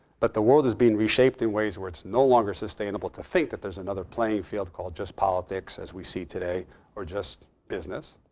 but the world is being reshaped in ways where it's no longer sustainable to think that there's another playing field called just politics as we see today or just business.